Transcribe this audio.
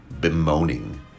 bemoaning